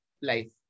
life